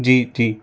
जी ठीक